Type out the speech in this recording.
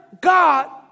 God